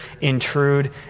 intrude